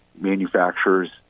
manufacturers